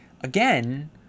again